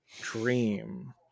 dream